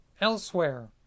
elsewhere